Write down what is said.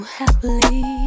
happily